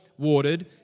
watered